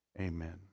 Amen